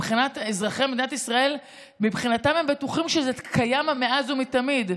מבחינת אזרחי מדינת ישראל הם בטוחים שזה קיים מאז ומתמיד.